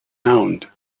hound